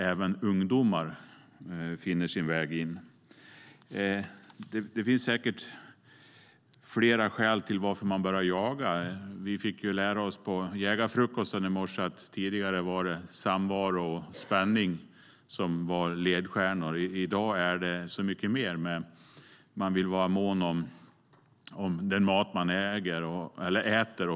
Även ungdomar finner sin väg in. Det finns säkert flera skäl till att man börjar jaga. Vi fick lära oss på jägarfrukosten i morse att det tidigare var samvaron och spänningen som var ledstjärnorna. I dag är det så mycket mer. Man vill vara mån om det man äter.